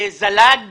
זה זלג